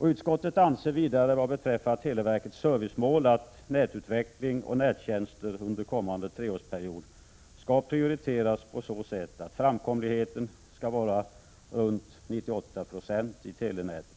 Utskottet anser vidare vad beträffar televerkets servicemål att nätutveckling och nättjänster under kommande treårsperiod skall prioriteras på så sätt att framkomligheten i telefonnätet skall vara runt 98 96.